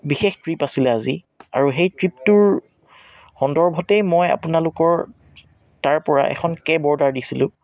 বিশেষ ট্ৰিপ আছিলে আজি আৰু সেই ট্ৰিপটোৰ সন্দৰ্ভতে মই আপোনালোকৰ তাৰ পৰা এখন কেব অৰ্ডাৰ দিছিলোঁ